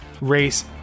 race